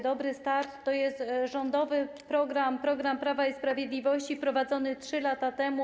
Dobry start” to jest rządowy program, program Prawa i Sprawiedliwości, wprowadzony 3 lata temu.